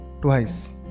twice